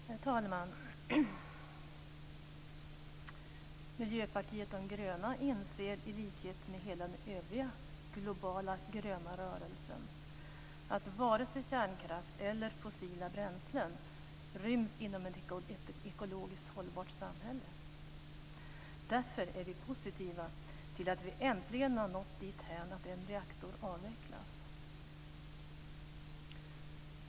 Herr talman! Miljöpartiet de gröna inser, i likhet med hela den övriga globala gröna rörelsen, att inte vare sig kärnkraft eller fossila bränslen ryms inom ett ekologiskt hållbart samhälle. Därför är vi positiva till att vi äntligen har nått dithän att en reaktor avvecklas.